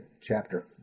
chapter